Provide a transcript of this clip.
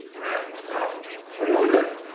and toyota,